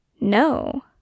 no